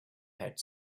had